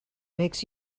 makes